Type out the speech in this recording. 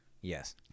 Yes